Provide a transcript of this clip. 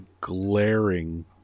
glaring